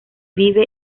vive